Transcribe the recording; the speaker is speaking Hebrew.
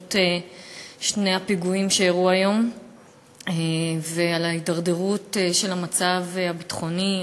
אודות שני הפיגועים שאירעו היום ועל ההידרדרות של המצב הביטחוני,